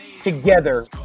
together